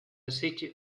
city